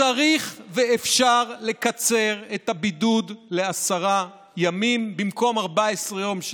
צריך ואפשר לקצר את הבידוד לעשרה ימים במקום 14 יום,